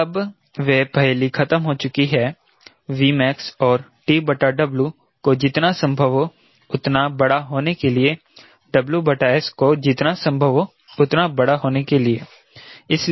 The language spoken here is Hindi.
तो अब वह पहेली खत्म हो चुकी है Vmaxऔर TW को जितना संभव हो उतना बड़ा होने के लिए WS को जितना संभव हो उतना बड़ा होने के लिए